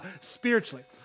spiritually